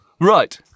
right